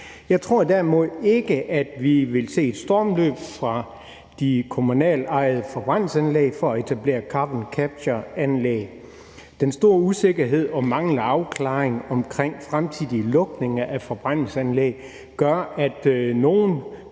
Jeg tror derimod ikke, at vi vil se et stormløb fra de kommunalt ejede forbrændingsanlæg for at etablere carbon capture-anlæg. Den store usikkerhed og manglende afklaring omkring fremtidige lukninger af forbrændingsanlæg gør, at nogle